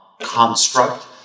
construct